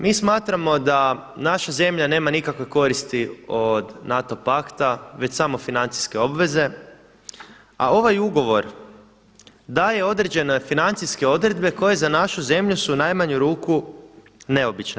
Mi smatramo da naša zemlja nema nikakve koristi od NATO pakta, već samo financijske obveze, a ovaj ugovor daje određene financijske odredbe koje su za našu zemlju u najmanju ruku neobične.